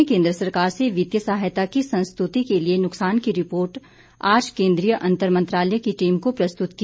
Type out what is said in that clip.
राज्य ने केंद्र सरकार से वित्तीय सहायता की संस्तुति के लिए नुक्सान की रिपोर्ट आज केंद्रीय अंतर मंत्रालय की टीम को प्रस्तुत की